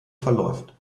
verläuft